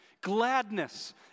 gladness